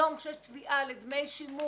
היום, כשיש תביעה לדמי שימוש